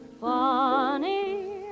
Funny